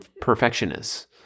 perfectionists